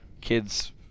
kids